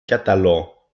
catalan